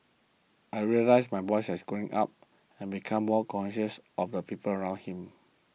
I realised my boy has growing up and becoming more conscious of the people around him